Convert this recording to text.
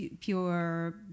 pure